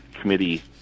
committee